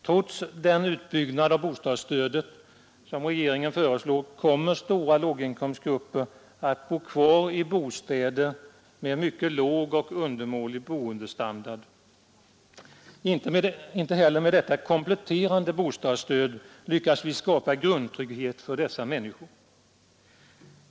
Trots den utbyggnad av bostadsstödet som regeringen föreslår kommer stora låginkomstgrupper att bo kvar i bostäder med en mycket låg och undermålig boendestandard. Inte heller med detta kompletterade bostadsstöd har vi lyckats skapa grundtrygghet för dessa människor.